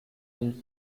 hill